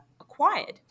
acquired